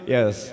Yes